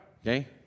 Okay